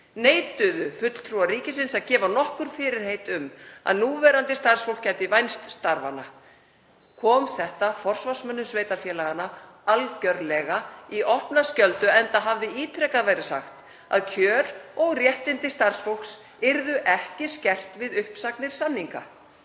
Neituðu fulltrúar ríkisins að gefa nokkur fyrirheit um að núverandi starfsfólk gæti vænst starfanna. Kom þetta forsvarsmönnum sveitarfélaganna algerlega í opna skjöldu enda hafði ítrekað verið sagt að kjör og réttindi starfsfólks yrðu ekki skert við uppsagnir samninga.